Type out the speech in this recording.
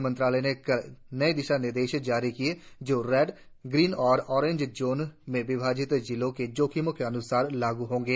गृहमंत्रालय ने कल नये दिशानिर्देश जारी किये जो रेड ग्रीन और ऑरेंज जोन में विभाजित जिलों के जोखिम के अन्सार लागू होंगे